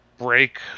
Break